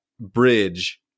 bridge